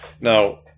Now